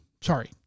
sorry